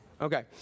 Okay